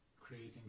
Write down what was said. creating